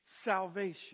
salvation